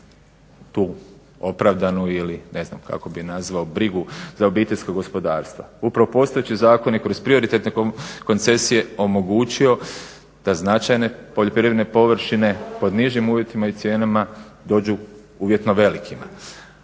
tu opravdanu ili ne znam kako bi ju nazvao brigu za obiteljska gospodarstva. Upravo postojeći zakon je kroz prioritetne koncesije omogućio da značajne poljoprivredne površine pod nižim uvjetima i cijenama dođu uvjetno velikima,